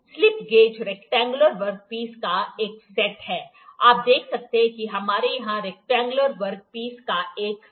slip gauges rectangular workpiece का एक set है आप देख सकते हैं कि हमारे यहां रैक्टेंगुलर वर्क पीस का एक सेट है